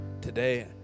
today